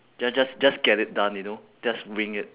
ju~ just just get it done you know just wing it